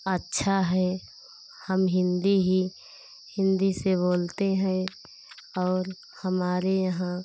अच्छा है हम हिन्दी ही हिन्दी से बोलते हैं और हमारे यहाँ